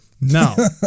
No